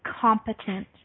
competent